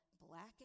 black